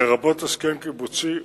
לרבות הסכם קיבוצי,